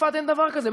בצרפת אין דבר כזה.